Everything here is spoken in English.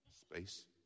Space